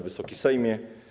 Wysoki Sejmie!